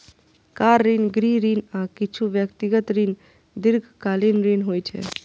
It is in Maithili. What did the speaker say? कार ऋण, गृह ऋण, आ किछु व्यक्तिगत ऋण दीर्घकालीन ऋण होइ छै